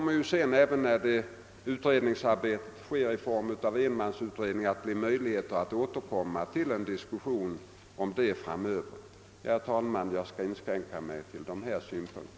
När utredningsarbete sker i form av enmansutredning kommer det också att bli möjligt att få till stånd diskussion om resultatet därav framöver. Herr talman! Jag skall inskränka mig till dessa synpunkter.